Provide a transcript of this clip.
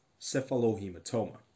cephalohematoma